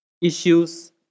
issues